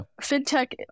Fintech